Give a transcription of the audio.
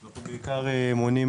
אנחנו בעיקר מונעים